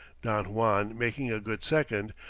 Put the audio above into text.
don juan making a good second,